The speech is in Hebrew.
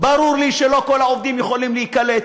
ברור לי שלא כל העובדים יכולים להיקלט,